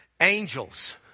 Angels